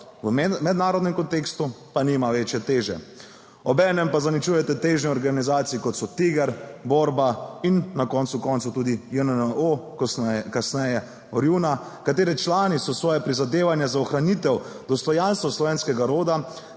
V mednarodnem kontekstu pa nima večje teže. Obenem pa zaničujete težnje organizacij, kot so TIGR, Borba in na koncu koncev tudi JNNO, kasneje Orjuna, katere člani so svoja prizadevanja za ohranitev dostojanstva slovenskega roda